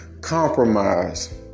compromise